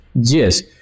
Yes